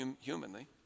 humanly